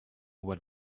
what